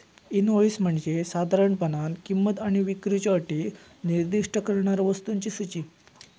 invoice म्हणजे साधारणपणान किंमत आणि विक्रीच्यो अटी निर्दिष्ट करणारा वस्तूंची सूची